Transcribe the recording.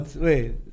Wait